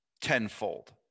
tenfold